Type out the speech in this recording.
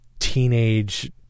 teenage